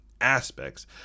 aspects